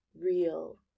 real